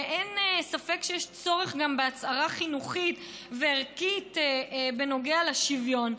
ואין ספק שיש צורך גם בהצהרה חינוכית וערכית בנוגע לשוויון.